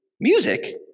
Music